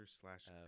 slash